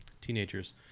teenagers